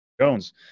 Jones